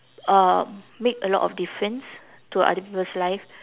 uh make a lot of difference to other people's life